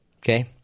Okay